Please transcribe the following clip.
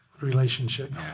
Relationship